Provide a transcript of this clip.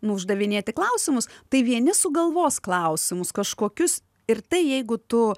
nu uždavinėti klausimus tai vieni sugalvos klausimus kažkokius ir tai jeigu tu